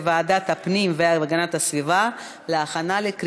לוועדת הפנים והגנת הסביבה נתקבלה.